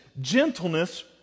gentleness